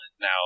Now